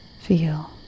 feel